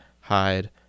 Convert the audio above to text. hide